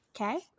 okay